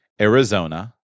Arizona